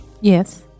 yes